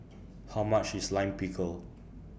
How much IS Lime Pickle